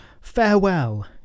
farewell